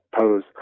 Pose